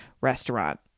restaurant